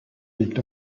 liegt